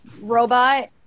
robot